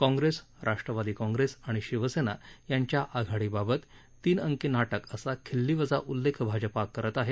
कॉंग्रेस राष्ट्रवादी कॉंग्रेस आणि शिवसेना यांच्या आघाडीबाबत तीन अंकी नाटक असा खिल्लीवजा उल्लेख भाजपा करत आहे